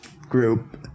group